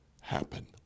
happen